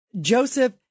Joseph